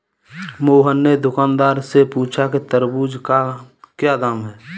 मोहन ने दुकानदार से पूछा कि तरबूज़ का क्या दाम है?